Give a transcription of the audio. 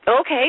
Okay